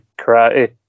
karate